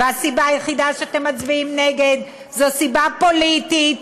והסיבה היחידה שאתם מצביעים נגד זו סיבה פוליטית,